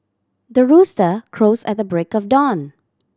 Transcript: the rooster crows at the break of dawn